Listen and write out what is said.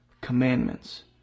commandments